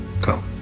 Go